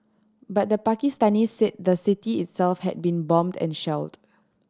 but the Pakistanis said the city itself had been bombed and shelled